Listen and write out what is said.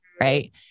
right